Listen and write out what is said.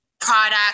product